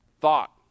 thought